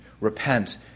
Repent